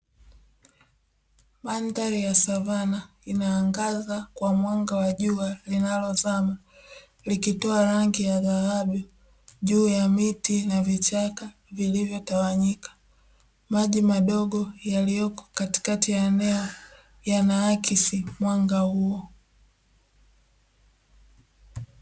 Mandhari ya savana inaangaza kwa mwanga wa jua linalozama likitoa rangi ya dhahabu, juu ya miti na vichaka vilivyotawanyika maji madogo yalioko kati kati ya eneo yana akisi mwanga huko.